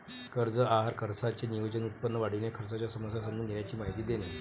कर्ज आहार खर्चाचे नियोजन, उत्पन्न वाढविणे, खर्चाच्या समस्या समजून घेण्याची माहिती देणे